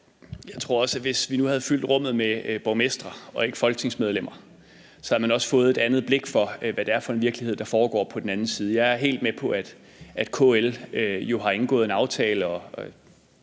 hvis vi nu havde fyldt rummet med borgmestre og ikke folketingsmedlemmer, havde man fået et andet blik for, hvad det er for en virkelighed, der er på den anden side. Jeg er helt med på, at KL jo har indgået en aftale,